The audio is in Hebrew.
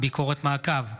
ביקורת מעקב,